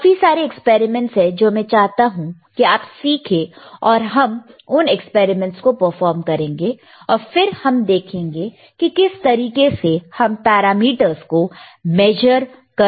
काफी सारे एक्सपेरिमेंट्स है जो मैं चाहता हूं कि आप सीखे और हम उन एक्सपेरिमेंट को परफॉर्म करेंगे और फिर हम देखेंगे कि किस तरीके से हम पैरामीटर्स को मेजर कर सखते हैं